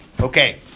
Okay